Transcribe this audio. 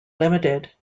limited